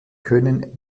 können